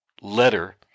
letter